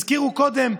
הזכירו קודם,